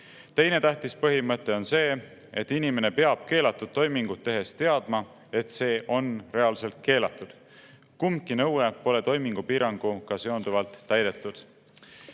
Teine tähtis põhimõte on see, et inimene peab keelatud toimingut tehes teadma, et see on reaalselt keelatud. Kumbki nõue pole toimingupiiranguga seonduvalt täidetud.